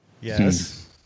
Yes